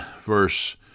verse